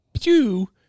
pew